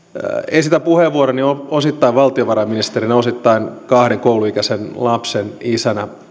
esitän puheenvuoroni osittain valtiovarainministerinä osittain kahden kouluikäisen lapsen isänä